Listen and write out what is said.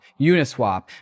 Uniswap